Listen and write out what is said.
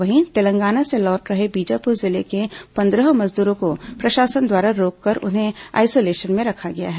वहीं तेलंगाना से लौट रहे बीजापुर जिले के पंद्रह मजदूरों को प्रशासन द्वारा रोककर उन्हें आईसोलेशन में रखा गया है